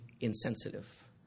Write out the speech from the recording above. insensitive